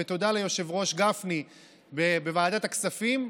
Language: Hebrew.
ותודה ליושב-ראש גפני בוועדת הכספים,